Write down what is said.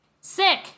sick